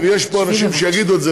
ויש פה אנשים שיגידו את זה.